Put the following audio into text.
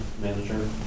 manager